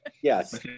Yes